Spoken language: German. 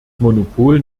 monopol